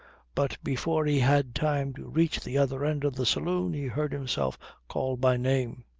but before he had time to reach the other end of the saloon he heard himself called by name.